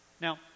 Now